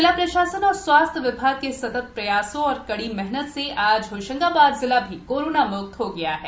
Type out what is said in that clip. जिला प्रशासन और स्वास्थ्य विभाग के सतत प्रयासों और कड़ी मेहनत से आज होशंगाबाद जिला कोरोना मुक्त हो गया है